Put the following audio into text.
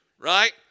Right